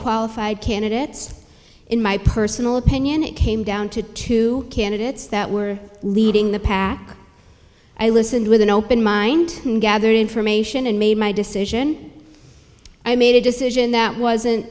qualified candidates in my personal opinion it came down to two candidates that were leading the pack i listened with an open mind and gathered information and made my decision i made a decision that wasn't